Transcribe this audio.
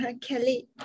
Kelly